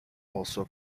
also